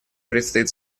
предстоит